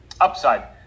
upside